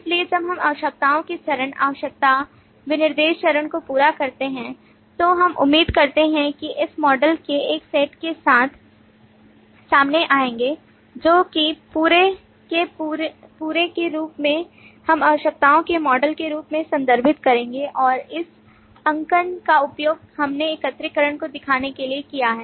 इसलिए जब हम आवश्यकताओं के चरण आवश्यकता विनिर्देश चरण को पूरा करते हैं तो हम उम्मीद करते हैं कि हम मॉडल के एक सेट के साथ सामने आएंगे जो कि पूरे के रूप में हम आवश्यकताओं के मॉडल के रूप में संदर्भित करेंगे और इस अंकन का उपयोग हमने एकत्रीकरण को दिखाने के लिए किया है